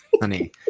Honey